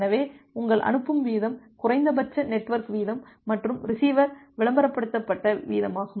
எனவே உங்கள் அனுப்பும் வீதம் குறைந்தபட்ச நெட்வொர்க் வீதம் மற்றும் ரிசீவர் விளம்பரப்படுத்தப்பட்ட வீதமாகும்